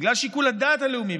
בגלל שיקול הדעת הלאומי,